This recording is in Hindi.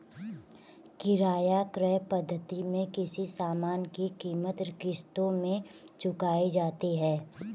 किराया क्रय पद्धति में किसी सामान की कीमत किश्तों में चुकाई जाती है